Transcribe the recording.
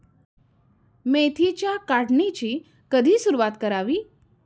मेथीच्या काढणीची कधी सुरूवात करावी?